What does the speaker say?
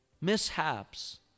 mishaps